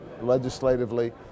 legislatively